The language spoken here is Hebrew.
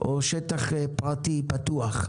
שטח פרטי פתוח,